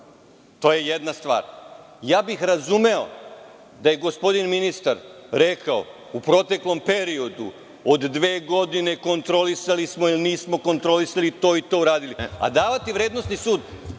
to je jedna stvar. Ja bih razumeo da je gospodin ministar rekao – u proteklom periodu od dve godine kontrolisali smo ili nismo kontrolisali to i to, uradili smo to i to, ali, davati vrednosni sud